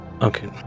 okay